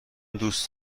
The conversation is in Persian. دوست